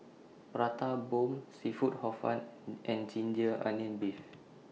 Prata Bomb Seafood Hor Fun and Ginger Onions Beef